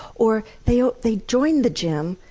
or they or they join the gym,